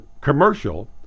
commercial